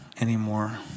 anymore